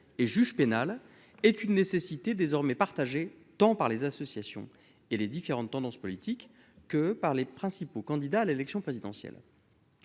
et juge pénal est une nécessité désormais partagé tant par les associations et les différentes tendances politiques que par les principaux candidats à l'élection présidentielle,